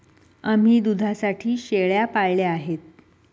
आम्ही दुधासाठी शेळ्या पाळल्या आहेत